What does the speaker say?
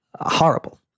horrible